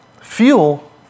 fuel